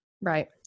right